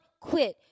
quit